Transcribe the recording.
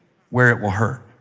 where it will hurt.